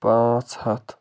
پانٛژھ ہَتھ